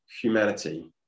humanity